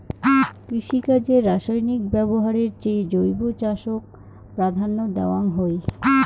কৃষিকাজে রাসায়নিক ব্যবহারের চেয়ে জৈব চাষক প্রাধান্য দেওয়াং হই